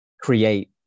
create